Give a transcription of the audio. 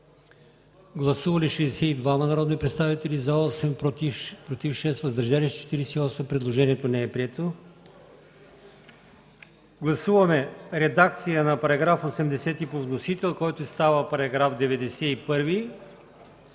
Гласували 62 народни представители: за 5, против 9, въздържали се 48. Предложението не е прието. Гласуваме редакция на § 79 по вносител, който става § 90.